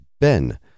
Ben